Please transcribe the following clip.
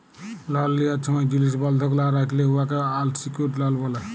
লল লিয়ার ছময় জিলিস বল্ধক লা রাইখলে উয়াকে আলসিকিউর্ড লল ব্যলে